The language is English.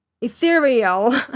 Ethereal